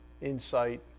insight